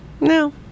No